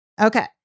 Okay